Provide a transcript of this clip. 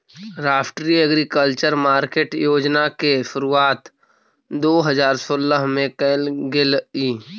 राष्ट्रीय agriculture market योजना के शुरुआत दो हज़ार सोलह में कैल गेलइ